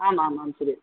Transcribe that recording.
आम् आम् आम् श्रूयते